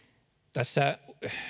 tässä